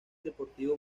deportivo